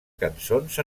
cançons